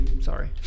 sorry